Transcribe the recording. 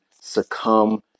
succumb